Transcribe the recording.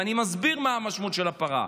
ואני מסביר מה המשמעות של הפרה,